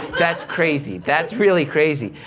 that's crazy. that's really crazy.